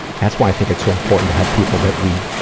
that's why i think it's so important to have people that we,